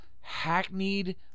hackneyed